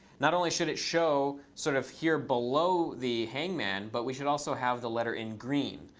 not only should it show sort of here below the hangman, but we should also have the letter in green.